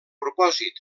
propòsit